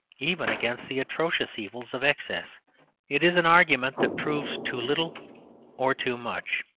even against the atrocious evils of excess it is an argument that proves too little or too much.